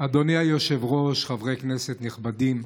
אדוני היושב-ראש, חברי כנסת נכבדים,